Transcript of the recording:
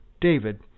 David